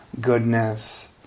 goodness